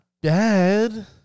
bad